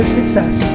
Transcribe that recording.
Success